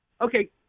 Okay